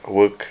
work